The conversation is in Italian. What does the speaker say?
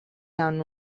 hanno